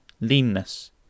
leanness